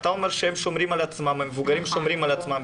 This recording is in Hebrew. אתה אומר שהמבוגרים שומרים על עצמם,